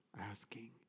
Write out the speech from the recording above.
asking